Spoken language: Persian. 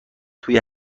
توی